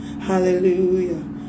hallelujah